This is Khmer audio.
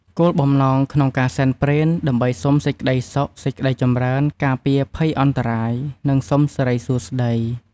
គោលបំណងក្នុងការសែនព្រេនដើម្បីសុំសេចក្តីសុខ សេចក្តីចម្រើន ការពារភ័យអន្តរាយ និងសុំសិរីសួស្តី។